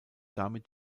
damit